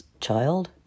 child